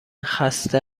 خسته